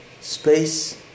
space